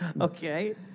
Okay